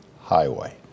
Highway